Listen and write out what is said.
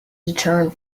deterrent